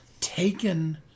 taken